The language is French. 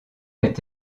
est